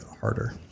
harder